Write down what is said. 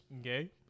Okay